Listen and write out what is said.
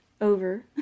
over